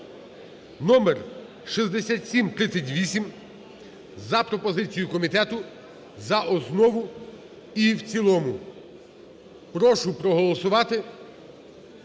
(№ 6738) за пропозицією комітету за основу і в цілому. Прошу проголосувати